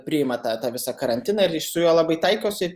priima tą tą visą karantiną ir su juo labai taikosi